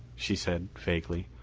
she said vaguely.